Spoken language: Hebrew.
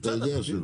אתה יודע שלא.